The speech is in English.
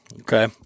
okay